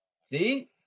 See